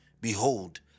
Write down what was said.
Behold